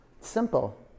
Simple